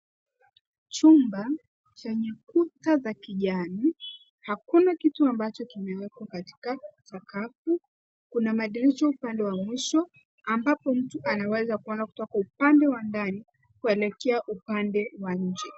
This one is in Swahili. Chumba, chenye kuta za kijani. Hakuna kitu ambacho kimewekwa katika sakafu. Kuna madirisha upande wa mwisho ambapo mtu anaweza kuona kutoka upande wa ndani kuelekea upande wa nje.